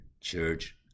church